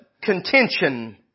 contention